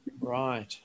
Right